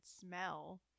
smell